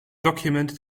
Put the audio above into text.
documented